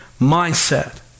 mindset